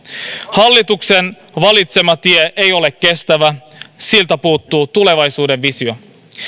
hallituksen valitsema tie ei ole kestävä siltä puuttuu tulevaisuuden visio